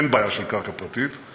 שאין בעיה של קרקע פרטית,